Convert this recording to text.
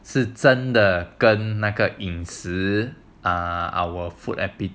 是真的跟那个饮食 ah our food epic